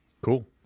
Cool